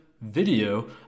video